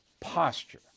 posture